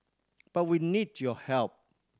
but we need your help